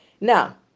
Now